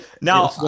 Now